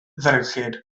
ddrewllyd